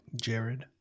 Jared